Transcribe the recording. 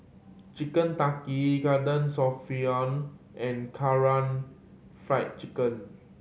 Chicken Tikka Garden and Kara Fried Chicken